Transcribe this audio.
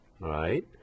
right